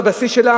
בבסיס שלה,